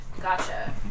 Gotcha